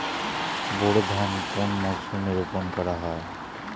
বোরো ধান কোন মরশুমে রোপণ করা হয়?